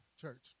church